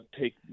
take